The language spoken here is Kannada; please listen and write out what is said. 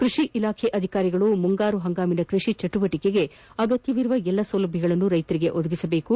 ಕೃಷಿ ಇಲಾಖೆ ಅಧಿಕಾರಿಗಳು ಮುಂಗಾರು ಹಂಗಾಮಿನ ಕೃಷಿ ಚಟುವಟಿಕೆಗೆ ಅಗತ್ಯವಿರುವ ಎಲ್ಲಾ ಸೌಲಭ್ಯಗಳನ್ನು ರೈತಂಗೆ ಒದಗಿಸಬೇಕು